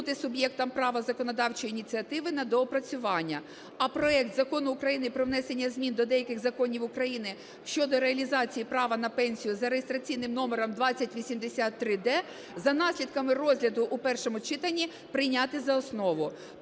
суб'єкту права законодавчої ініціативи на доопрацювання. А проект Закону України про внесення змін до деяких законів України щодо реалізації права на пенсію (за реєстраційним номером 2083-д) за наслідками розгляду у першому читання прийняти за основу.